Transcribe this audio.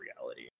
reality